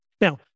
Now